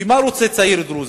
כי מה רוצה צעיר דרוזי,